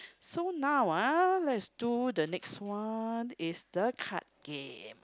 so now ah let's do the next one is the card game